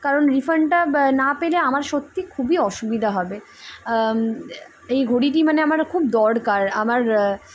কারণ রিফান্ডটা না পেলে আমার সত্যি খুবই অসুবিধা হবে এই ঘড়িটি মানে আমার খুব দরকার আমার